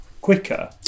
quicker